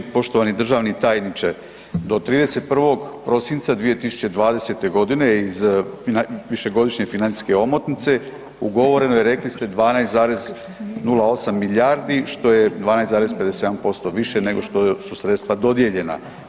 Poštovani državni tajniče, do 31. prosinca 2020.g. iz višegodišnje financijske omotnice ugovoreno je, rekli ste, 12,08 milijardi, što je 12,57% više nego što su sredstva dodijeljena.